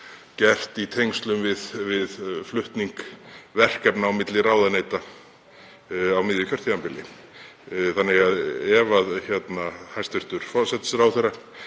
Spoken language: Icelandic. gert í tengslum við flutning verkefna á milli ráðuneyta á miðju kjörtímabili. Þannig að ef hæstv. forsætisráðherra